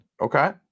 Okay